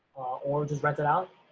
or just rent it out.